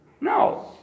No